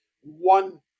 One